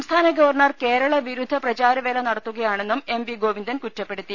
സംസ്ഥാന് governor കേരളവിരുദ്ധ പ്രചാരവേല നടത്തുക യാണെന്നും എം വി ഗോവിന്ദൻ കുറ്റപ്പെടുത്തി